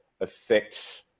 affects